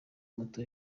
moto